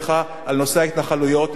על נושא ההתנחלויות,